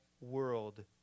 world